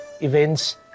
events